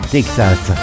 Texas